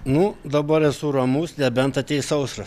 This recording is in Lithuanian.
nu dabar esu ramus nebent ateis sausra